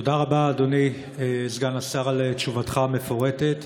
תודה רבה, אדוני סגן השר, על תשובתך המפורטת.